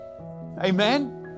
Amen